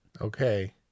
Okay